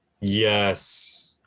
Yes